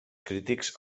crítics